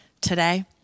today